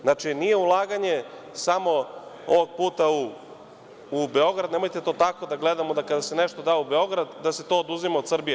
Znači, nije ulaganje samo ovog puta u Beograd, nemojte to tako da gledamo, da kada se nešto da u Beograd, da se to oduzima od Srbije.